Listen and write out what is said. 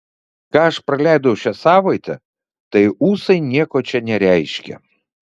ką aš praleidau šią savaitę tai ūsai nieko čia nereiškia